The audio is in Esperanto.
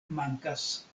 mankas